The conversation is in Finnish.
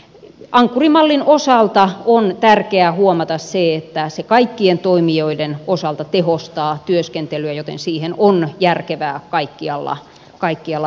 ankkuri mallin osalta on tärkeää huomata se että se kaikkien toimijoiden osalta tehostaa työskentelyä joten siihen on järkevää kaikkialla mennä